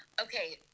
Okay